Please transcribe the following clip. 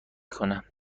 کنه